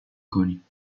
کنیم